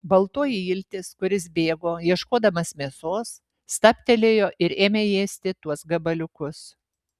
baltoji iltis kuris bėgo ieškodamas mėsos stabtelėjo ir ėmė ėsti tuos gabaliukus